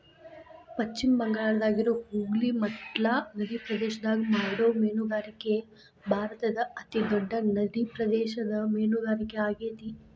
ಪಶ್ಚಿಮ ಬಂಗಾಳದಾಗಿರೋ ಹೂಗ್ಲಿ ಮಟ್ಲಾ ನದಿಪ್ರದೇಶದಾಗ ಮಾಡೋ ಮೇನುಗಾರಿಕೆ ಭಾರತದ ಅತಿ ದೊಡ್ಡ ನಡಿಪ್ರದೇಶದ ಮೇನುಗಾರಿಕೆ ಆಗೇತಿ